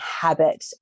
habit